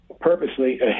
purposely